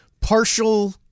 Partial